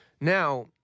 Now